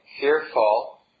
fearful